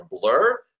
blur